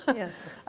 yes.